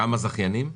גם הזכיינים?